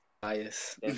bias